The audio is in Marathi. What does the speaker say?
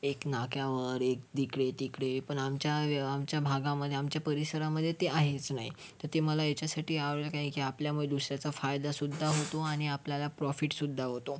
एक नाक्यावर एक तिकडे तिकडे पण आमच्या आमच्या भागामध्ये आमच्या परिसरामध्ये ते आहेच नाही तर ते मला ह्याच्यासाठी आवडेल कारण की आपल्यामुळे दुसऱ्याचा फायदा सुद्धा होतो आणि आपल्याला प्रॉफिट सुद्धा होतो